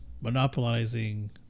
monopolizing